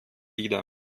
wieder